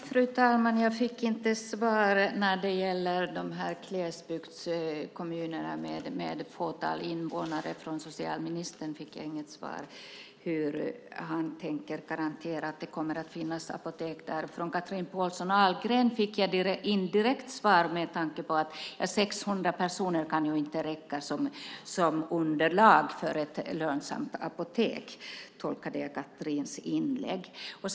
Fru talman! Jag fick inte svar från socialministern när det gäller glesbygdskommunerna med ett fåtal invånare. Hur tänker han garantera att det kommer att finnas apotek där? Från Chatrine Pålsson Ahlgren fick jag ett indirekt svar, med tanke på att 600 personer inte kan räcka som underlag för ett lönsamt apotek. Jag tolkade Chatrines inlägg så.